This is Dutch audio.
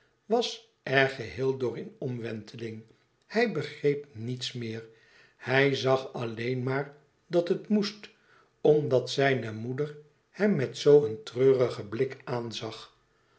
was er geheel door in omwenteling hij begreep niets meer hij zag alleen maar dat het moest omdat zijne moeder hem met zoo een treurigen blik aanzag